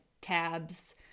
tabs